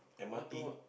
one two or what